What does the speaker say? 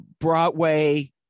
broadway